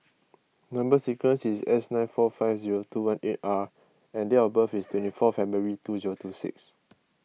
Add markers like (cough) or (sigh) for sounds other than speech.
Number Sequence is S nine four five zero two one eight R and date of birth is (noise) twenty four February two zero two six